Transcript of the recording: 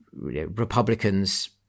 Republicans